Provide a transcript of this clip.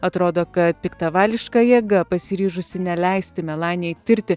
atrodo kad piktavališka jėga pasiryžusi neleisti melanijai tirti